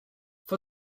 for